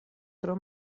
tro